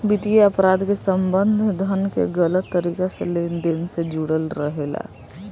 वित्तीय अपराध के संबंध धन के गलत तरीका से लेन देन से जुड़ल रहेला